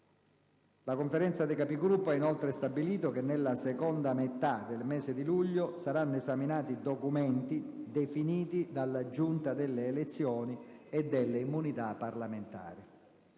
La Conferenza dei Capigruppo ha inoltre stabilito che nella seconda metà del mese di luglio saranno esaminati documenti definiti dalla Giunta delle elezioni e delle immunità parlamentari.